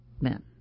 men